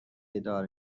اداره